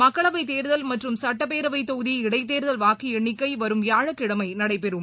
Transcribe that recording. மக்களவை தேர்தல் மற்றும் சட்டப்பேரவை தொகுதி இடைத்தேர்தல் வாக்கு எண்ணிக்கை வரும் வியாழக்கிழமை நடைபெறும்